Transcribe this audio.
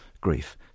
grief